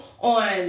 on